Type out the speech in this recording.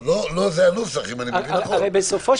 לא זה הנוסח, אם אני מבין נכון.